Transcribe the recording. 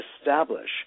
establish